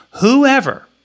Whoever